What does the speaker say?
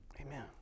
Amen